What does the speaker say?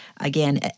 Again